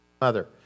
Mother